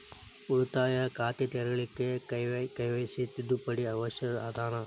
ಉಳಿತಾಯ ಖಾತೆ ತೆರಿಲಿಕ್ಕೆ ಕೆ.ವೈ.ಸಿ ತಿದ್ದುಪಡಿ ಅವಶ್ಯ ಅದನಾ?